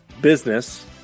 business